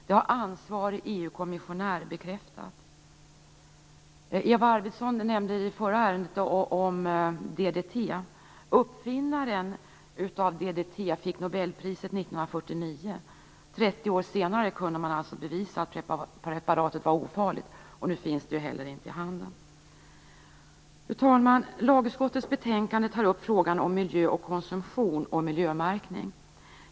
Det har ansvarig EU kommissionär bekräftat. Eva Arvidsson nämnde i samband med behandlingen av föregående betänkande något om DDT. Uppfinnaren av DDT fick nobelpriset 1949. 30 år senare kunde man alltså bevisa att preparatet var farligt. Nu finns det inte längre i handeln. I lagutskottets betänkande tas frågor om miljö och konsumtion upp. Likaså tas frågan om miljömärkning upp.